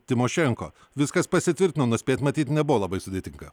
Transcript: tymošenko viskas pasitvirtino nuspėt matyt nebuvo labai sudėtinga